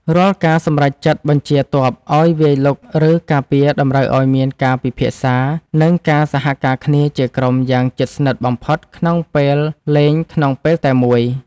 រាល់ការសម្រេចចិត្តបញ្ជាទ័ពឱ្យវាយលុកឬការពារតម្រូវឱ្យមានការពិភាក្សានិងការសហការគ្នាជាក្រុមយ៉ាងជិតស្និទ្ធបំផុតក្នុងពេលលេងក្នុងពេលតែមួយ។